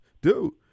dude